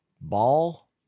ball